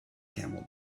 camel